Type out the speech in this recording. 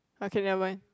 okay never mind